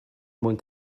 mwyn